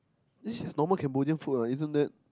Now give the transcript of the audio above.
this is normal Cambodian food what isn't that